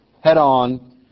head-on